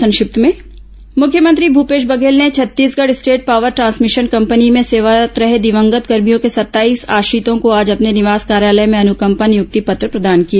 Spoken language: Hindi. संक्षिप्त समाचार मुख्यमंत्री भूपेश बघेल ने Chhattisgarh state power transmission company में सेवारत् रहे दिवंगत कर्भियों के सत्ताईस आश्रितों को आज अपने निवास कार्यालय में अनुकंपा नियुक्ति पत्र प्रदान किए